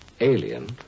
Alien